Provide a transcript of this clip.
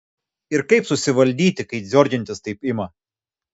ir kaip susivaldyti kai dziorgintis taip ima